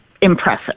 impressive